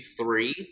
three